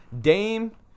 Dame